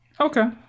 Okay